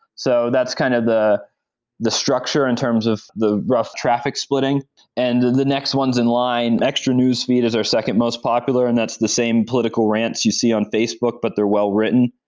so that's kind of the the structure in terms of the rough traffic splitting and the next ones in line, extra newsfeed is our second most popular and that's the same political rants you see on facebook, but they're well-written.